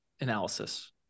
analysis